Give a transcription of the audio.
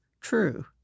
true